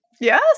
Yes